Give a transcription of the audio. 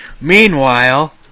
Meanwhile